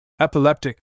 epileptic